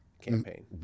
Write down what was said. campaign